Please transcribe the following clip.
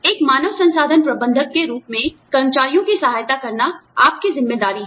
एक मानव संसाधन प्रबंधक के रूप में कर्मचारियों की सहायता करना आपकी ज़िम्मेदारी है